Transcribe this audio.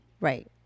Right